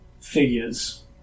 figures